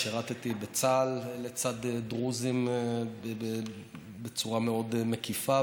שירתי בצה"ל לצד דרוזים בצורה מאוד מקיפה,